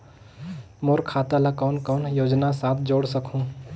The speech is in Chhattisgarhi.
मोर खाता ला कौन कौन योजना साथ जोड़ सकहुं?